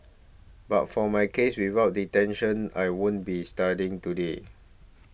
but for my case without detention I wouldn't be studying today